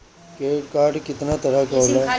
Credit card कितना तरह के होला?